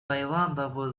таиланда